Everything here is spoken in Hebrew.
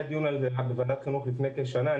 התקיים דיון בוועדת החינוך לפני כשנה.